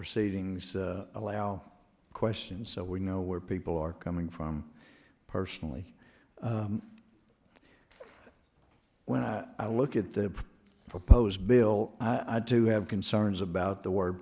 proceedings allow questions so we know where people are coming from personally when i look at the proposed bill i do have concerns about the word